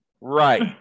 Right